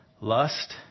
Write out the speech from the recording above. lust